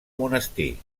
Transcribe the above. monestir